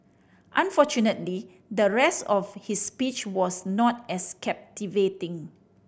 unfortunately the rest of his speech was not as captivating